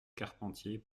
carpentier